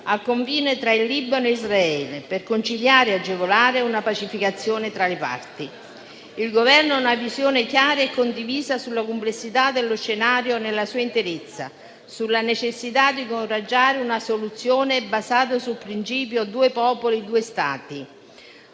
al confine tra Libano e Israele per conciliare e agevolare una pacificazione tra le parti. Il Governo ha una visione chiara e condivisa sulla complessità dello scenario nella sua interezza, sulla necessità di incoraggiare una soluzione basata sul principio "due popoli, due Stati"